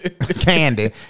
candy